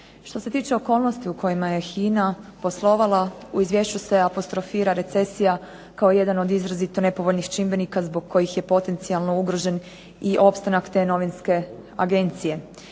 Što se tiče okolnosti u kojima je HINE-a poslovala u izvješću se apostrofira recesija kao jedan od izrazito nepovoljnih čimbenika zbog kojih je potencijalno ugrožen i opstanak te novinske agencije.